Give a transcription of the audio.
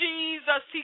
Jesus